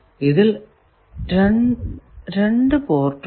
ഇതിൽ 2 പോർട്ട് ഉണ്ട്